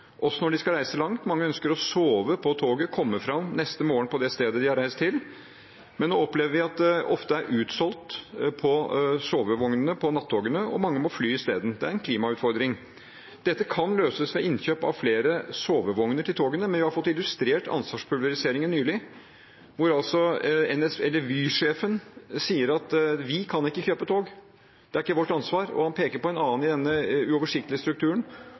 også når de skal reise langt. Mange ønsker å sove på toget og komme fram neste morgen til det stedet de har reist til. Men nå opplever man at sovevognene på nattogene ofte er utsolgt, og mange må fly i stedet. Det er en klimautfordring. Dette kan løses ved innkjøp av flere sovevogner til togene, men vi har nylig fått illustrert ansvarspulveriseringen, hvor Vy-sjefen sier at de ikke kan kjøpe tog – det er ikke deres ansvar. Han peker på en annen i denne uoversiktlige strukturen